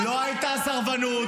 לא הייתה סרבנות.